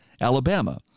Alabama